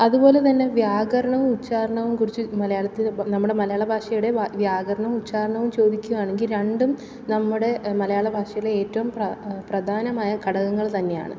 അതുപോലെതന്നെ വ്യാകരണവും ഉച്ചാരണവും കുറിച്ച് മലയാളത്തിൽ നമ്മുടെ മലയാളഭാഷയുടെ വ്യാകരണം ഉച്ചാരണവും ചോദിക്കുവാണെങ്കില് രണ്ടും നമ്മുടെ മലയാള ഭാഷയിലെ ഏറ്റവും പ്രധാനമായ ഘടകങ്ങൾ തന്നെയാണ്